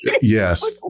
Yes